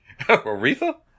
Aretha